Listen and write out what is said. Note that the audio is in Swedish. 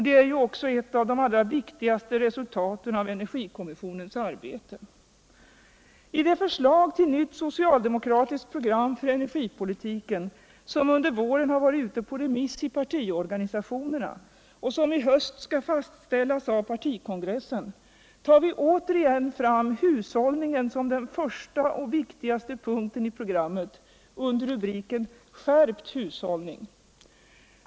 Det är också ett av de viktigaste resultaten av energikommissionens arbete. I det förslag till nytt socialdemokratiskt program för energipolitiken som under våren varit ute på remiss ute i partiorganisationerna och som i höst skall fastställas av partikongressen tar vi åter igen fram hushållningen som den första och viktigaste punkten i programmet. under rubriken Skärpt hushållning.